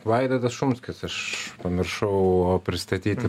vaidotas šumskis aš pamiršau pristatyti